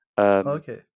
Okay